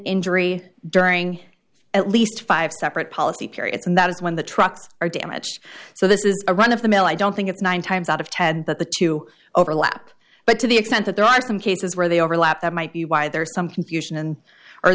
injury during at least five separate policy periods and that is when the trucks are damaged so this is a run of the mill i don't think it's nine times out of ten that the two overlap but to the extent that there are some cases where they overlap that might be why there